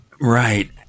Right